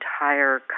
entire